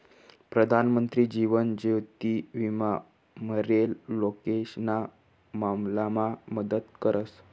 प्रधानमंत्री जीवन ज्योति विमा मरेल लोकेशना मामलामा मदत करस